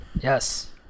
Yes